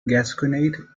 gasconade